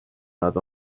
nad